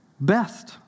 best